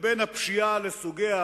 לבין הפשיעה לסוגיה,